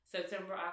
September